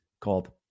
called